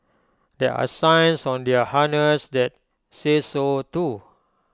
there are signs on their harness that say so too